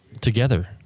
Together